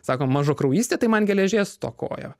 sako mažakraujystė tai man geležies stokoja